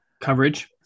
coverage